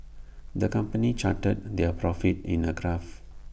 the company charted their profits in A graph